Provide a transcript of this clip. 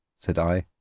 said i,